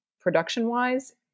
production-wise